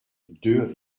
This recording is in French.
deux